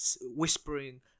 whispering